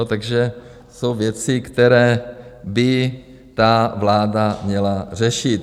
Takže jsou věci, které by vláda měla řešit.